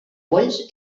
polls